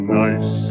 nice